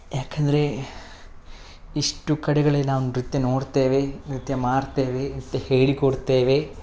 ಏಕಂದ್ರೆ ಇಷ್ಟು ಕಡೆಗಳಲ್ಲಿ ನಾವು ನೃತ್ಯ ನೋಡ್ತೇವೆ ನೃತ್ಯ ಮಾಡ್ತೇವೆ ನೃತ್ಯ ಹೇಳಿಕೊಡ್ತೇವೆ